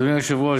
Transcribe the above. אדוני היושב-ראש,